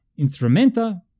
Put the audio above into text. Instrumenta